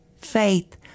faith